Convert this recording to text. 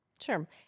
sure